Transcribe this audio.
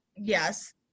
Yes